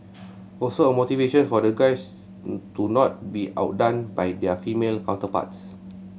also a motivation for the guys to not be outdone by their female counterparts